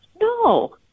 No